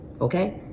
okay